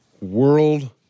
world